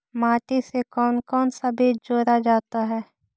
माटी से कौन कौन सा बीज जोड़ा जाता है?